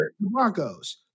Marcos